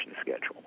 schedule